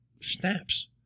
snaps